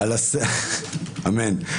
אמן.